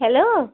hello